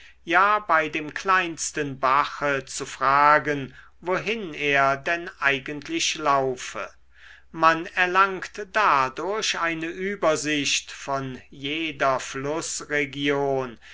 ja bei dem kleinsten bache zu fragen wohin er denn eigentlich laufe man erlangt dadurch eine übersicht von jeder